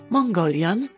Mongolian